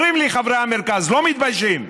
אומרים לי חברי המרכז, לא מתביישים: